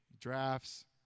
drafts